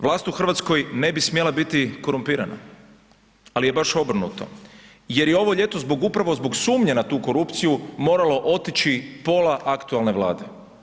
Vlast u Hrvatskoj ne bi smjela biti korumpirana, ali je baš obrnuto jer je ovo ljeto zbog upravo zbog sumnje na tu korupciju moralo otići pola aktualne Vlade.